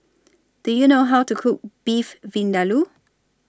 Do YOU know How to Cook Beef Vindaloo